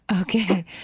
Okay